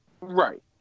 Right